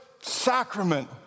sacrament